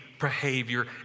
behavior